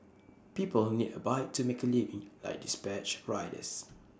people need A bike to make A living like dispatch riders